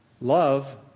Love